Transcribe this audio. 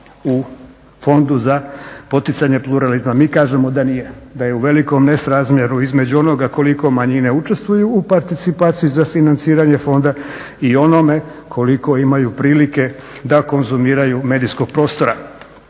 u Fondu za poticanje pluralizma? Mi kažemo da nije, da je u velikom nesrazmjeru između onoga koliko manjine sudjeluju u participaciji za financiranje fonda i onome koliko imaju prilike da konzumiraju medijskog prostora.